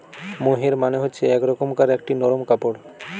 মোহের মানে হচ্ছে এক রকমকার একটি নরম কাপড়